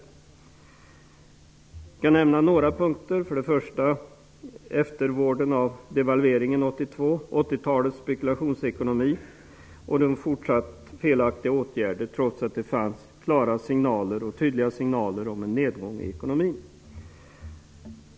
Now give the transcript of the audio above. Jag vill nämna några punter i detta sammanhang. Det gäller för det första eftervården efter devalveringen 1982, för det andra 80-talets spekulationsekonomi och för det tredje fortsatta felaktiga åtgärder trots att det fanns klara och tydliga signaler om en nedgång i ekonomin.